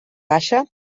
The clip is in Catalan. baixa